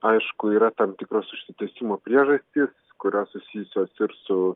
aišku yra tam tikros užsitęsimo priežastys kurios susijusios ir su